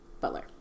Butler